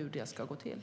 hur det ska gå till.